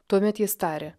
tuomet jis tarė